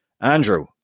Andrew